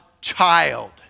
child